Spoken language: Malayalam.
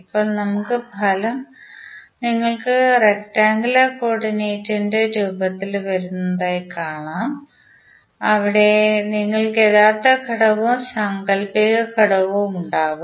ഇപ്പോൾ ഫലം നിങ്ങൾക്ക് റെക്ടൻഗുലാർ കോർഡിനേറ്റിന്റെ രൂപത്തിൽ വരുന്നതായി കാണാം അവിടെ നിങ്ങൾക്ക് യഥാർത്ഥ ഘടകവും സാങ്കൽപ്പിക ഘടകവും ഉണ്ടാകും